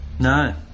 No